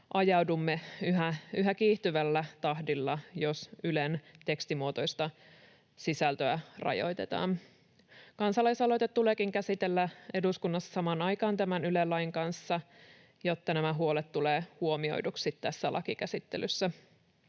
haasteisiin yhä kiihtyvällä tahdilla, jos Ylen tekstimuotoista sisältöä rajoitetaan. Kansalaisaloite tuleekin käsitellä eduskunnassa samaan aikaan tämän Yle-lain kanssa, jotta nämä huolet tulevat huomioiduiksi tässä lakikäsittelyssä.